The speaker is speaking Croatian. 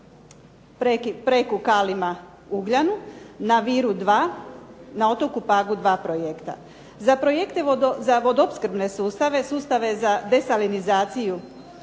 Preko u Kalima Ugljanu, na Viru 2, na otoku Pagu 2 projekta. Za vodoopskrbne sustave, sustave za desalinizaciju